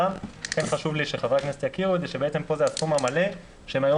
חשוב לי שחברי הכנסת יכירו בזה שמדובר בסכום המלא שהם היו